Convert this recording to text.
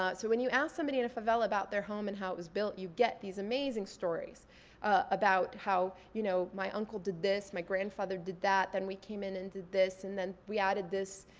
so when you ask somebody in a favela about their home and how it was built, you get these amazing stories about how you know my uncle did this, my grandfather did that, then we came in and did this, and then we added this.